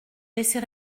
laisser